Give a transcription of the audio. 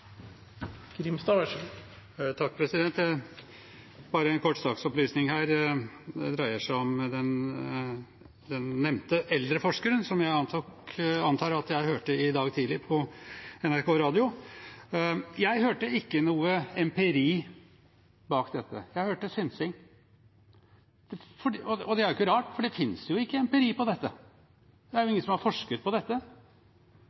Bare en kort saksopplysning. Det dreier seg om den nevnte eldreforskeren, som jeg antar at jeg hørte i dag tidlig på NRK Radio. Jeg hørte ikke noe empiri bak dette. Jeg hørte synsing – og det er ikke rart, for det finnes jo ikke empiri om dette. Det er